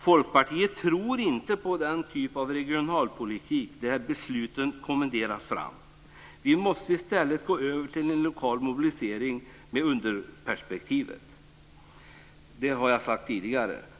Folkpartiet tror inte på den typen av regionalpolitik där besluten kommenderas fram. Vi måste i stället gå över till en lokal mobilisering med ett underifrånperspektiv. Det har jag sagt tidigare.